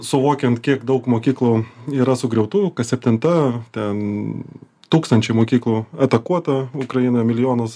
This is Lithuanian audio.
suvokiant kiek daug mokyklų yra sugriautų kas septinta ten tūkstančiai mokyklų atakuota ukraina milijonas